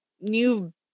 new